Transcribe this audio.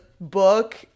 book